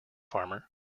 farmer